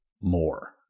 more